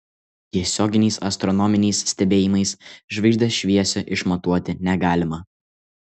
tiesioginiais astronominiais stebėjimais žvaigždės šviesio išmatuoti negalima